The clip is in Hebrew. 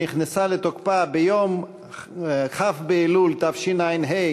שנכנסה לתוקפה ביום כ' באלול התשע"ה,